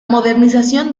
modernización